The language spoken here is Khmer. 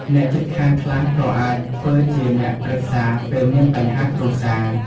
អ្នកជិតខាងខ្លះក៏អាចធ្វើជាអ្នកប្រឹក្សាពេលមានបញ្ហាគ្រួសារ។